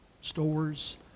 stores